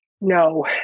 No